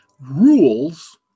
Rules